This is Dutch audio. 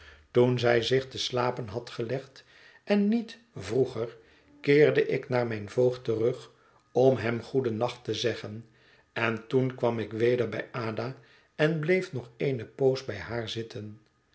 toen zij zich te slapen had gelegd en niet vroeger keerde ik naar mijn voogd terug om hem goedennacht te zeggen en toen kwam ik weder bij ada en bleef nog eene poos bij haar zitten